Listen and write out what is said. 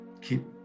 keep